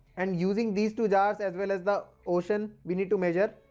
and using these two jars as well as the ocean, we need to measure